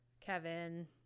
Kevin